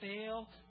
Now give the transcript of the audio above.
fail